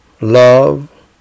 love